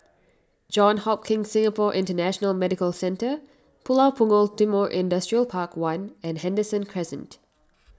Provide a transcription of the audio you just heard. Johns Hopkins Singapore International Medical Centre Pulau Punggol Timor Industrial Park one and Henderson Crescent